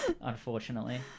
unfortunately